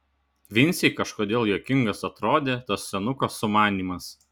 vincei kažkodėl juokingas atrodė tas senuko sumanymas